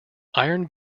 iron